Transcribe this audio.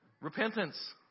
repentance